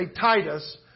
Titus